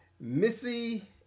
Missy